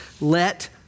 Let